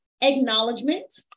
acknowledgement